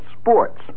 sports